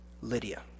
Lydia